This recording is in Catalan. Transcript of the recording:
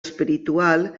espiritual